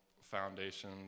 foundation